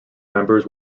members